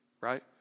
right